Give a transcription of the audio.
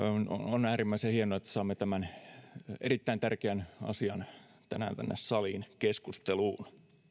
on äärimmäisen hienoa että saamme tämän erittäin tärkeän asian tänään tänne saliin keskusteluun